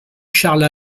charles